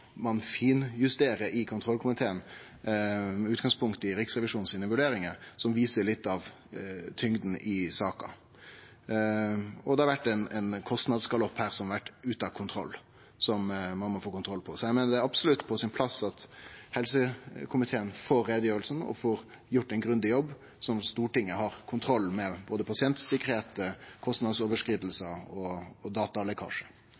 kontrollkomiteen, med utgangspunkt i Riksrevisjonen sine vurderingar, som viser litt av tyngda i saka. Det har vore ein kostnadsgalopp her som har vore ute av kontroll, som ein må få kontroll på. Eg meiner det absolutt er på sin plass at helsekomiteen får utgreiinga og får gjort ein grundig jobb, sånn at Stortinget har kontroll med både pasientsikkerheit, kostnadsoverskridingar og